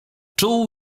czuł